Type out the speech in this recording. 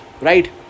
Right